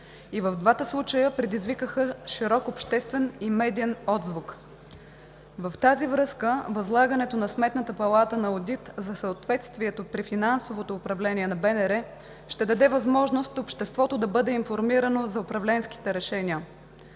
И двата случая предизвикаха широк обществен и медиен отзвук. В тази връзка възлагането на Сметната палата на одит за съответствието при финансовото управление на БНР ще даде възможност обществото да бъде информирано за управленските решения.